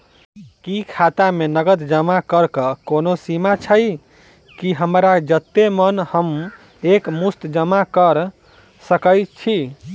की खाता मे नगद जमा करऽ कऽ कोनो सीमा छई, की हमरा जत्ते मन हम एक मुस्त जमा कऽ सकय छी?